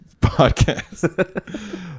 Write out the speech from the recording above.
podcast